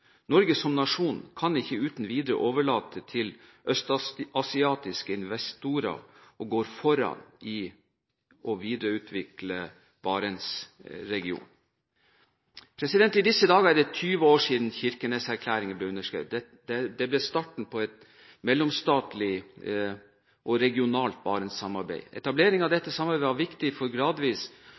Norge som nasjon kan ikke uten videre overlate til østasiatiske investorer å gå foran i å videreutvikle Barentsregionen. I disse dager er det 20 år siden Kirkenes-erklæringen ble underskrevet. Det ble starten på et mellomstatlig og regionalt barentssamarbeid. Etableringen av dette samarbeidet var viktig for gradvis